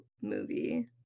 movie